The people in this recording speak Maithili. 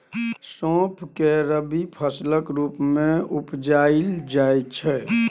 सौंफ केँ रबी फसलक रुप मे उपजाएल जाइ छै